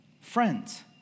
Friends